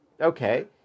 Okay